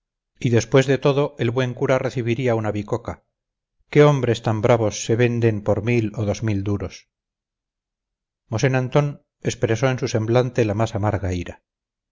y después de todo el buen cura recibiría una bicoca que hombres tan bravos se vendan por mil o dos mil duros mosén antón expresó en su semblante la más amarga ira